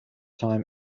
time